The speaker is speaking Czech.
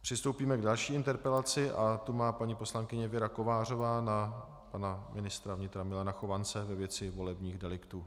Přistoupíme k další interpelaci a tu má paní poslankyně Věra Kovářová na pana ministra vnitra Milana Chovance ve věci volebních deliktů.